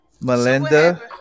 Melinda